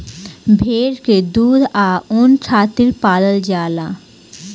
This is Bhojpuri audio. भेड़ के दूध आ ऊन खातिर पलाल जाला